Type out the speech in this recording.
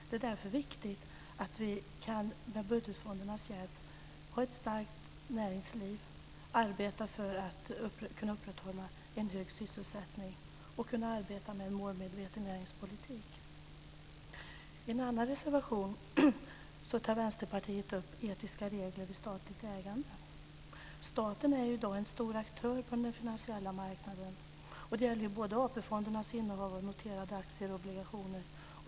Det är därför viktigt att vi med budgetfondernas hjälp kan ha ett starkt näringsliv, att vi arbetar för att kunna upprätthålla en hög sysselsättning och att vi arbetar med en mer målmedveten näringspolitik. I den andra reservationen tar Vänsterpartiet upp etiska regler vid statligt ägande. Staten är en stor aktör på den finansiella marknaden. Det gäller AP fondernas innehav av noterade aktier och obligationer.